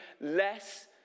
less